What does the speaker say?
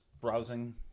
browsing